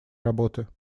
работы